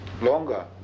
longer